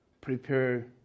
Prepare